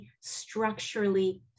structurally